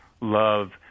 love